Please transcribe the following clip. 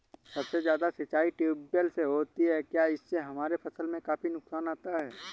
सबसे ज्यादा सिंचाई ट्यूबवेल से होती है क्या इससे हमारे फसल में काफी नुकसान आता है?